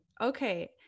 okay